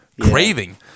craving